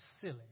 silly